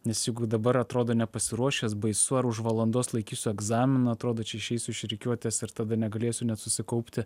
nes jeigu dabar atrodo nepasiruošęs baisu ar už valandos laikysiu egzaminą atrodo čia išeisiu iš rikiuotės ir tada negalėsiu net susikaupti